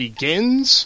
Begins